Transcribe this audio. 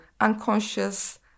unconscious